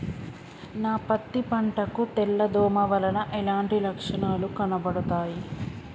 నా పత్తి పంట కు తెల్ల దోమ వలన ఎలాంటి లక్షణాలు కనబడుతాయి?